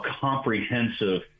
comprehensive